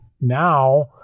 now